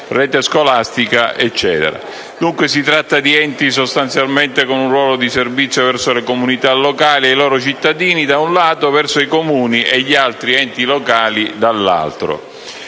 rete scolastica, eccetera. Dunque, si tratta di enti sostanzialmente con un ruolo di servizio verso le comunità locali e i loro cittadini, da un lato, e verso i Comuni e gli altri enti locali, dall'altro.